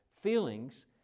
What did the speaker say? feelings